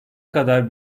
kadar